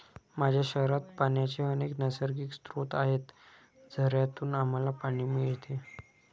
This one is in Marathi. माझ्या शहरात पाण्याचे अनेक नैसर्गिक स्रोत आहेत, झऱ्यांतून आम्हाला पाणी मिळते